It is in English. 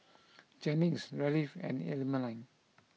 Jennings Raleigh and Emaline